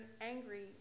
angry